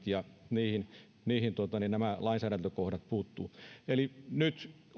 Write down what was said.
ja niihin niihin nämä lainsäädäntökohdat puuttuvat nyt